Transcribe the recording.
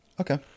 Okay